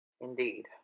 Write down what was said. Indeed